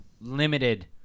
limited